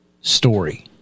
story